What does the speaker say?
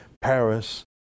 Paris